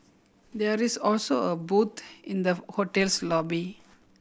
there is also a booth in the hotel's lobby